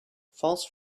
false